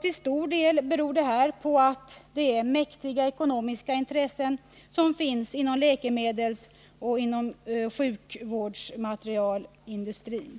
Till stor del beror detta på att mäktiga ekonomiska intressen finns inom läkemedelsoch sjukvårdsmaterialindustrin.